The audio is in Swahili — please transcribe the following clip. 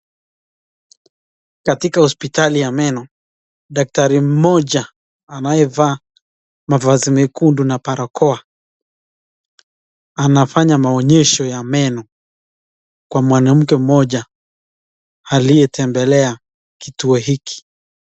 Katika hospitali ya meno daktari mmoja anayevaa mavazi mekundu na barakoa anafanya maonyesho ya meno kwa mwanamke mmoja aliyetembelea kituo hiki.